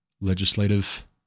legislative